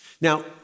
Now